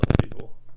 people